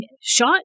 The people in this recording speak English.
shot